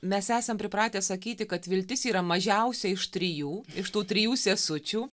mes esam pripratę sakyti kad viltis yra mažiausia iš trijų iš tų trijų sesučių